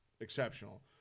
exceptional